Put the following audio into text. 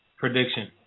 prediction